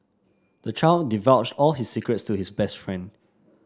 the child divulged all his secrets to his best friend